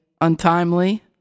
untimely